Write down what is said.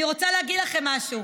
אני רוצה להגיד לכם משהו.